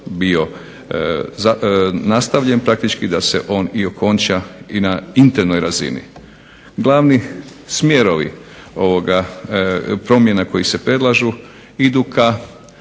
bio nastavljen praktički da se on i okonča i na internoj razini. Glavni smjerovi ovoga promjena koji se predlažu idu ka